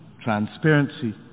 transparency